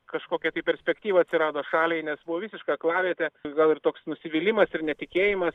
kažkokia perspektyva atsirado šaliai nes buvo visiška aklavietė gal ir toks nusivylimas ir netikėjimas